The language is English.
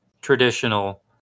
traditional